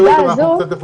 מאוחר יותר,